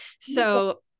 So-